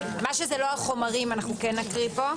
שזה לא החומרים, כן נקריא.